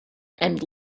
and